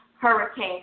Hurricane